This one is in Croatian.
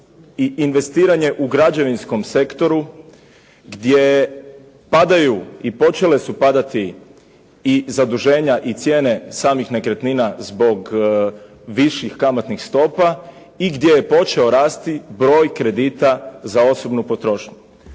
i investiranje u građevinskom sektoru, gdje padaju i počele su padati i zaduženja i cijene samih nekretnina zbog viših kamatnih stopa i gdje je počeo rasti broj kredita za osobnu potrošnju.